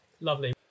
lovely